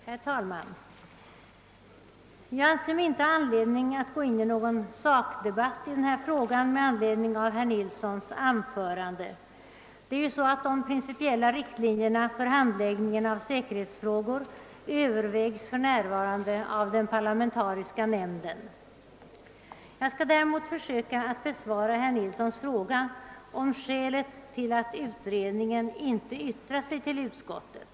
Herr talman! Jag anser mig inte ha anledning att gå in på någon sakdebatt i denna fråga med anledning av herr Nilssons i Gävle anförande. De principiella riktlinjerna för handläggningen av säkerhetsfrågor övervägs ju för närvarande av den parlamentariska nämnden. Däremot skall jag försöka besvara herr Nilssons fråga om skälet till att utredningen inte yttrat sig till utskottet.